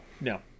No